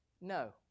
No